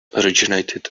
originated